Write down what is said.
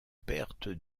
perte